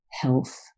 health